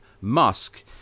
Musk